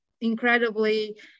incredibly